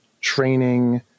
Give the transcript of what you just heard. training